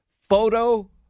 photo